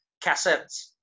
cassettes